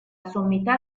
sommità